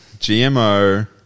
GMO